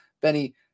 Benny